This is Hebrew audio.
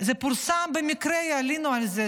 זה פורסם ובמקרה עלינו על זה.